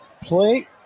play